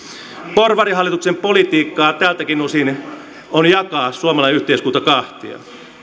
porvarihallituksen politiikkaa tältäkin osin on jakaa suomalainen yhteiskunta kahtia